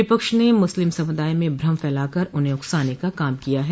विपक्ष ने मुस्लिम समुदाय में भ्रम फैलाकर उन्हें उकसाने का काम किया है